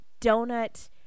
Donut